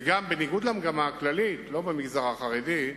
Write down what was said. ובניגוד למגמה הכללית, לא במגזר החרדי,